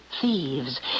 thieves